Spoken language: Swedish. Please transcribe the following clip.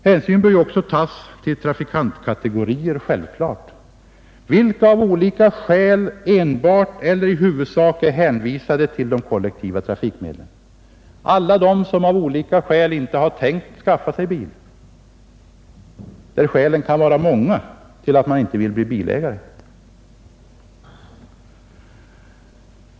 Hänsyn bör självfallet också tas till trafikantkategorier som av olika skäl enbart eller i huvudsak är hänvisade till de kollektiva trafikmedlen — alla de som av olika skäl inte tänkt skaffa sig bil. Skälen till att man inte vill bli bilägare kan vara många.